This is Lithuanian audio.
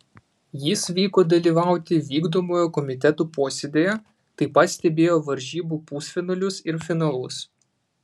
jis vyko dalyvauti vykdomojo komiteto posėdyje taip pat stebėjo varžybų pusfinalius ir finalus